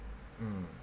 mm